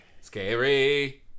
scary